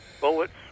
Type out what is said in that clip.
Bullets